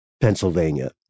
Pennsylvania